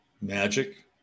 magic